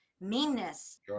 meanness